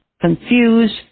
confused